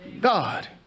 God